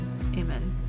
amen